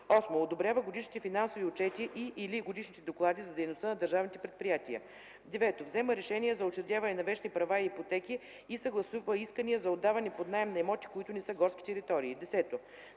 8. одобрява годишните финансови отчети и/или годишните доклади за дейността на държавните предприятия; 9. взема решения за учредяване на вещни права и ипотеки и съгласува искания за отдаване под наем на имоти, които не са горски територии; 10.